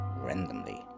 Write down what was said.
randomly